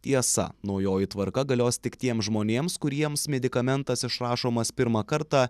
tiesa naujoji tvarka galios tik tiems žmonėms kuriems medikamentas išrašomas pirmą kartą